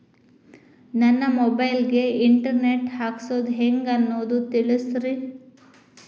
ನನ್ನ ಮೊಬೈಲ್ ಗೆ internet ಹಾಕ್ಸೋದು ಹೆಂಗ್ ಅನ್ನೋದು ತಿಳಸ್ರಿ